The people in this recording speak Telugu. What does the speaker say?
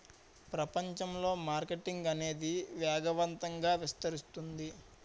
ప్రపంచంలో మార్కెటింగ్ అనేది వేగవంతంగా విస్తరిస్తుంది